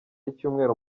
icyumweru